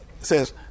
says